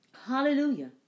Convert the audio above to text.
Hallelujah